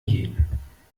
jeden